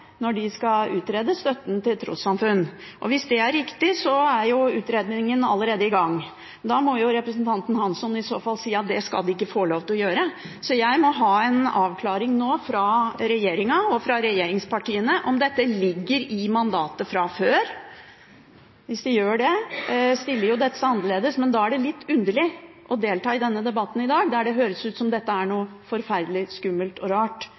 når de skal utrede støtten til trossamfunn. Hvis det er riktig, er utredningen allerede i gang. Da må jo representanten Hansson i så fall si at det skal de ikke få lov til å gjøre. Jeg må ha en avklaring nå fra regjeringen og fra regjeringspartiene av om dette ligger i mandatet fra før. Hvis det gjør det, stiller det seg annerledes. Men da er det litt underlig å delta i denne debatten i dag, der det høres ut som om dette er noe forferdelig skummelt og rart